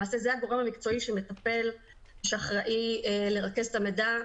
למעשה זה הגורם המקצועי שאחראי לרכז את המידע.